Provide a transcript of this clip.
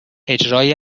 اجرای